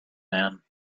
man